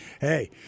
hey